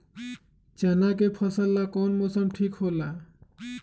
चाना के फसल ला कौन मौसम ठीक होला?